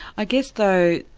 i guess, though,